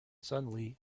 suddenly